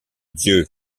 dieu